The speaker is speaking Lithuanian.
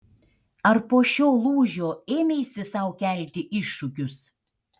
ar po šio lūžio ėmeisi sau kelti iššūkius